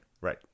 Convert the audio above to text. Right